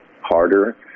harder